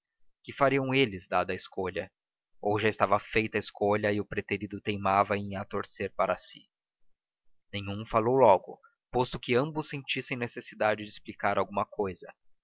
que fariam eles dada a escolha ou já estava feita a escolha e o preterido teimava em a torcer para si nenhum falou logo posto que ambos sentissem necessidade de explicar alguma cousa